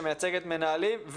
שמייצגת מנהלים,